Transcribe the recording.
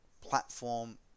platform